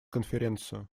конференцию